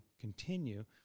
continue